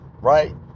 right